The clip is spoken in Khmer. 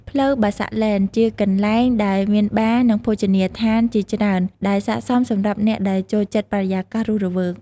ផ្លូវ Bassac Lane ជាកន្លែងដែលមានបារ និងភោជនីយដ្ឋានជាច្រើន ដែលស័ក្តិសមសម្រាប់អ្នកដែលចូលចិត្តបរិយាកាសរស់រវើក។